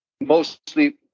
mostly